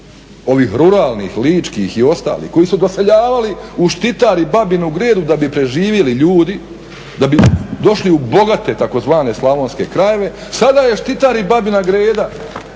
ovih ruralnih ličkih i ostalih koji su doseljavali u Štitar u Babinu Gredu da bi preživjeli ljudi, da bi došli u bogate tzv. slavonske krajeve sda je Štitar i Babina Greda